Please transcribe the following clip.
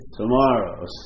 tomorrow's